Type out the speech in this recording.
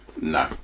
No